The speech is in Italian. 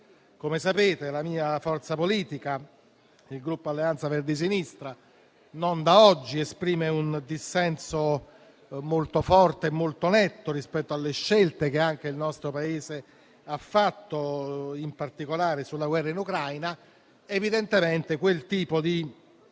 Come sapete, la mia forza politica, la componente Alleanza Verdi e Sinistra, non da oggi esprime un dissenso molto forte e molto netto rispetto alle scelte che anche il nostro Paese ha fatto, in particolare sulla guerra in Ucraina. Evidentemente, quel tipo di